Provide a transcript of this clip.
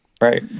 Right